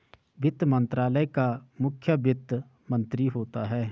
वित्त मंत्रालय का मुखिया वित्त मंत्री होता है